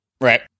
Right